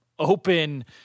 open